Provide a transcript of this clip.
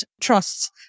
Trusts